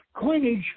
coinage